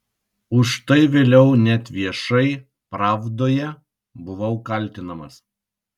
už tai vėliau net viešai pravdoje buvau kaltinamas